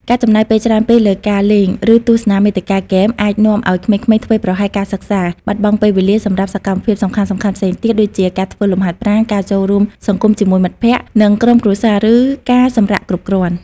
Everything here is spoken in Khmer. ការចំណាយពេលច្រើនពេកលើការលេង ឬទស្សនាមាតិកាហ្គេម អាចនាំឱ្យក្មេងៗធ្វេសប្រហែសការសិក្សា បាត់បង់ពេលវេលាសម្រាប់សកម្មភាពសំខាន់ៗផ្សេងទៀត ដូចជាការធ្វើលំហាត់ប្រាណ ការចូលរួមសង្គមជាមួយមិត្តភក្តិ និងក្រុមគ្រួសារ ឬការសម្រាកគ្រប់គ្រាន់។